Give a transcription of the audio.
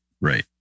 Right